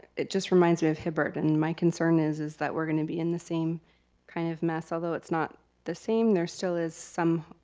it just reminds me of hibbert and my concern is is that we're gonna be in the same kind of mess, although it's not the same, there still is some,